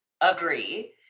agree